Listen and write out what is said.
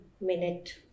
minute